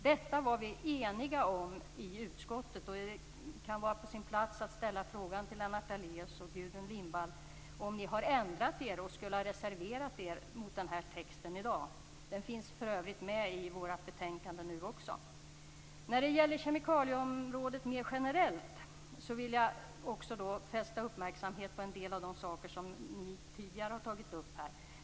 Detta var vi eniga om i utskottet och det kan vara på sin plats att ställa frågan till Lennart Daléus och Gudrun Lindvall om ni har ändrat er och skulle ha reserverat er mot den här texten i dag. Den finns för övrigt med i vårt betänkande nu också. När det gäller kemikalieområdet mer generellt vill jag fästa uppmärksamheten på något som ni tidigare har tagit upp här.